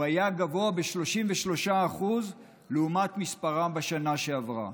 הוא היה גבוה ב-33% לעומת מספרם בשנה שעברה.